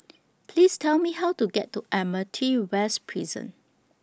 Please Tell Me How to get to Admiralty West Prison